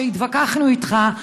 כשהתווכחנו איתך,